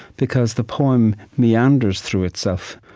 because the poem meanders through itself.